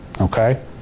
Okay